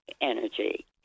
energy